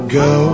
go